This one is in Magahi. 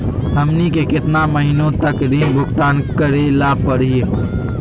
हमनी के केतना महीनों तक ऋण भुगतान करेला परही हो?